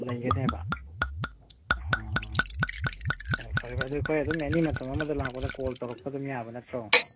ꯂꯩꯒꯅꯦꯕ ꯑꯣ ꯑꯣ ꯐꯔꯦ ꯐꯔꯦ ꯑꯗꯨꯗꯤ ꯑꯩꯈꯣꯏ ꯑꯦꯅꯤ ꯃꯇꯝ ꯑꯃꯗ ꯂꯥꯛꯄꯗ ꯀꯣꯜ ꯇꯧꯔꯛꯄ ꯑꯗꯨꯝ ꯌꯥꯕ ꯅꯠꯇ꯭ꯔꯣ